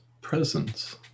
presence